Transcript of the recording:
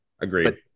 Agreed